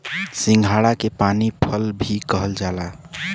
सिंघाड़ा के पानी फल भी कहल जाला